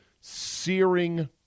searing